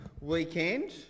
weekend